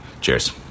Cheers